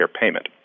payment